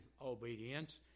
obedience